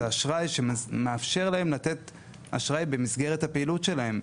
זה אשראי שמאפשר להם לתת אשראי במסגרת הפעילות שלהם.